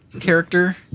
character